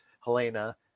Helena